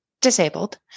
disabled